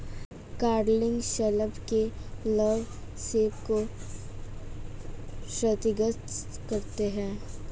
codling शलभ के लार्वे सेब को क्षतिग्रस्त करते है